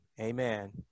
Amen